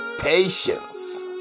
patience